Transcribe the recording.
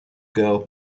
girl